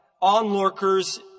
onlookers